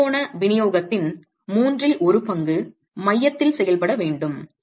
அந்த முக்கோண விநியோகத்தின் மூன்றில் ஒரு பங்கு மையத்தில் செயல்பட வேண்டும்